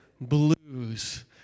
blues